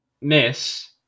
miss